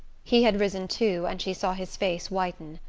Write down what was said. he had risen too, and she saw his face whiten.